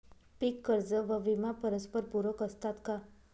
पीक कर्ज व विमा परस्परपूरक असतात का?